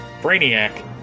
Brainiac